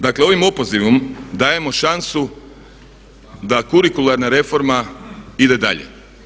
Dakle, ovim opozivom dajemo šansu da kurikularna reforma ide dalje.